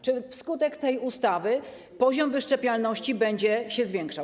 Czy wskutek tej ustawy poziom wyszczepialności będzie się zwiększał?